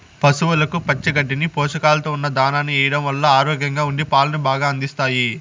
పసవులకు పచ్చి గడ్డిని, పోషకాలతో ఉన్న దానాను ఎయ్యడం వల్ల ఆరోగ్యంగా ఉండి పాలను బాగా అందిస్తాయి